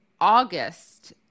August